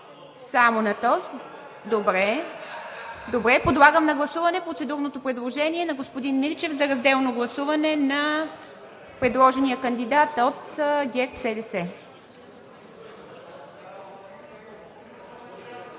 Само на този, добре. Подлагам на гласуване процедурното предложение на господин Мирчев за разделно гласуване на предложения кандидат от ГЕРБ-СДС.